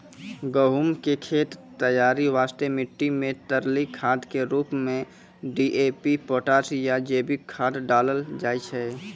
गहूम के खेत तैयारी वास्ते मिट्टी मे तरली खाद के रूप मे डी.ए.पी पोटास या जैविक खाद डालल जाय छै